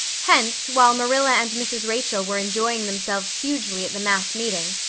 hence, while marilla and mrs. rachel were enjoying themselves hugely at the mass meeting,